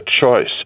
choice